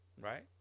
Right